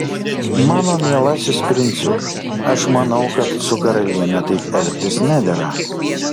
mano mielasis princiuk aš manau kad su karaliene taip elgtis nedera